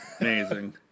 Amazing